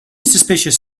suspicious